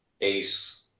ace